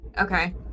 Okay